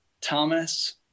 Thomas